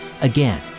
Again